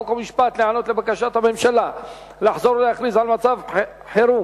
חוק ומשפט להיענות לבקשת הממשלה לחזור ולהכריז על מצב חירום.